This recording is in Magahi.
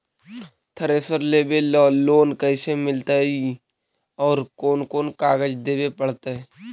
थरेसर लेबे ल लोन कैसे मिलतइ और कोन कोन कागज देबे पड़तै?